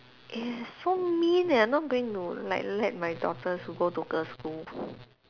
eh so mean leh I'm not going to like let my daughters to go to girls' school